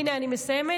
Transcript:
הינה, אני מסיימת.